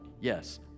Yes